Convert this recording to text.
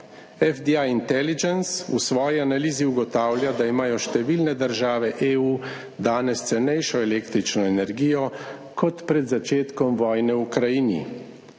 FDA Intelligence v svoji analizi ugotavlja, da imajo številne države EU danes cenejšo električno energijo kot pred začetkom vojne v Ukrajini.